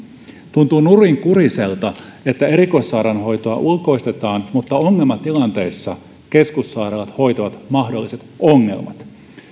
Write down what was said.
tuntuu nurinkuriselta että erikoissairaanhoitoa ulkoistetaan mutta ongelmatilanteissa keskussairaalat hoitavat mahdolliset ongelmat